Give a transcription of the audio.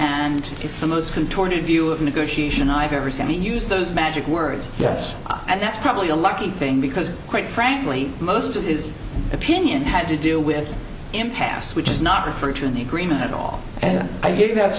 and it's the most contorted view of negotiation i've ever seen he used those magic words yes and that's probably a lucky thing because quite frankly most of his opinion had to do with impasse which is not refer to an agreement at all and i give that